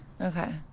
Okay